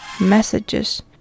messages